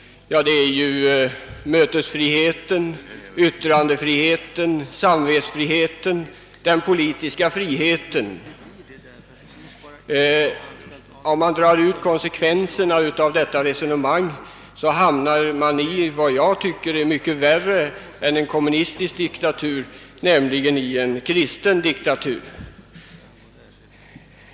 Det är mötesfrihet, yttrandefrihet, samvetsfrihet och politisk frihet. Om man drar ut konsekvenserna av detta resonemang hamnar man i vad jag tycker är mycket värre än en kommunistisk diktatur, nämligen en kristen diktatur.